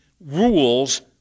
rules